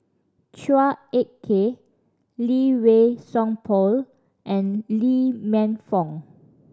Chua Ek Kay Lee Wei Song Paul and Lee Man Fong